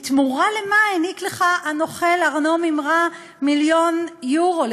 בתמורה למה העניק לך הנוכל ארנו מימרן מיליון יורו,